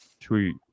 tweet